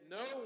no